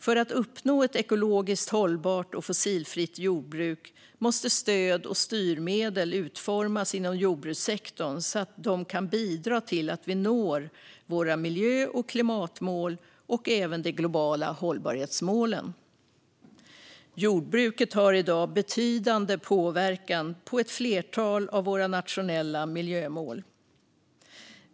För att uppnå ett ekologiskt hållbart och fossilfritt jordbruk måste stöd och styrmedel utformas inom jordbrukssektorn så att de kan bidra till att vi når våra miljö och klimatmål och även de globala hållbarhetsmålen. Jordbruket har i dag betydande påverkan på ett flertal av våra nationella miljömål.